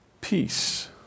peace